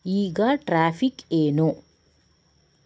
ಈಗ ಟ್ರಾಫಿಕ್ ಏನು